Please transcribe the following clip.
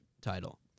title